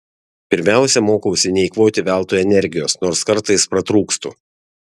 pirmiausia mokausi neeikvoti veltui energijos nors kartais pratrūkstu